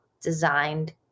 designed